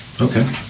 okay